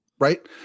Right